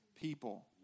people